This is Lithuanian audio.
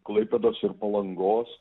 klaipėdos ir palangos